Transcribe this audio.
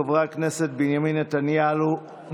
חברי הכנסת בנימין נתניהו,